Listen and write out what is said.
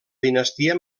dinastia